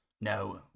No